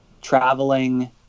traveling